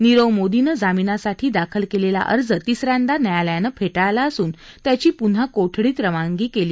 नीरव मोदीनं जामिनासाठी दाखल केलेला अर्ज तिसऱ्यांदा न्यायालयानं फेटाळला असून त्याची पून्हा कोठडीत रवानगी केली